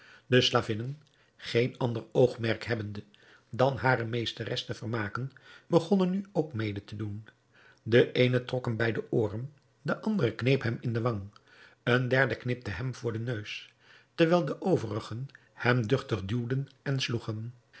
de slavinnen geen ander oogmerk hebbende dan hare meesteres te vermaken begonnen nu ook mede te doen de eene trok hem bij de ooren de andere kneep hem in den wang een derde knipte hem voor den neus terwijl de overigen hem duchtig duwden en sloegen